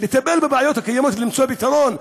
במקום לטפל בבעיות הקיימות ולמצוא פתרון,